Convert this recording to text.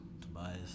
Tobias